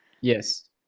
Yes